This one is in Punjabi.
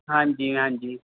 ਹਾਂਜੀ ਹਾਂਜੀ